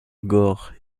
gore